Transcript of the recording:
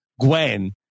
Gwen